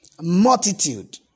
Multitude